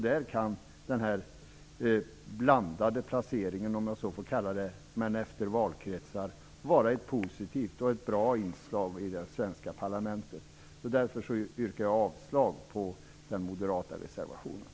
Där kan denna blandade placering efter valkretsar vara ett positivt och bra inslag i det svenska parlamentet. Därför yrkar jag avslag på den moderata reservationen.